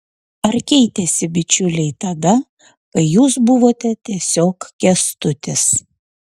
ar keitėsi bičiuliai tada kai jūs buvote tiesiog kęstutis